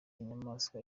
inyamaswa